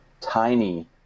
tiny